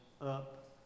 up